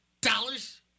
dollars